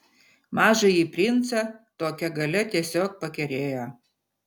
mažąjį princą tokia galia tiesiog pakerėjo